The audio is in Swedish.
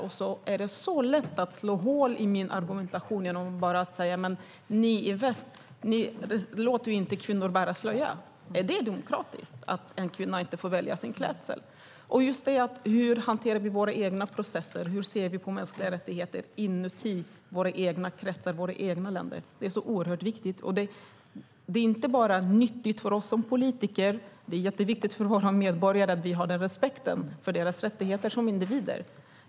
Då är det lätt att slå hål på min argumentation genom att bara säga: Men ni i väst låter ju inte kvinnor bära slöja. Är det demokratiskt att en kvinna inte får välja sin klädsel? Hur hanterar vi våra egna processer? Hur ser vi på mänskliga rättigheter i våra egna kretsar, i våra egna länder? Det är oerhört viktigt. Detta är inte bara nyttigt för oss som politiker. Det är jätteviktigt för våra medborgare att vi har den respekten för deras rättigheter som individer.